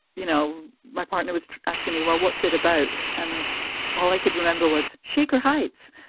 you know, my partner was asking me, well, what's it about? and all i could remember was shaker heights.